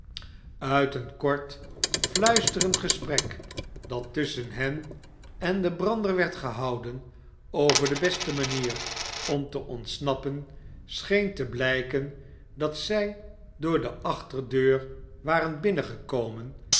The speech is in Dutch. uit een kort fluisterend gesprek dat tusschen hen en den brander werd gehouden over de beste manier om te ontsnappen scheen te blijken dat zij door de achterdeur waren binnengekomen